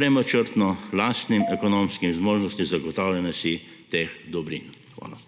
premočrtno, lastnim ekonomskim zmožnostim zagotavljanja si teh dobrin. Hvala.